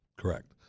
Correct